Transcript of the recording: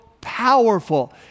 powerful